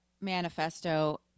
manifesto